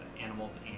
animals